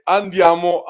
andiamo